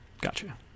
Gotcha